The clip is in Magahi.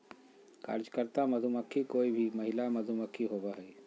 कार्यकर्ता मधुमक्खी कोय भी महिला मधुमक्खी होबो हइ